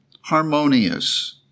harmonious